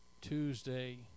Tuesday